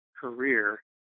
career